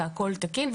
והכול תקין,